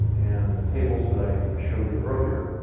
and the tables that i i showed you earlier,